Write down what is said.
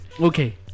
okay